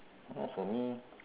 not for me